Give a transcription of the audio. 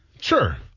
sure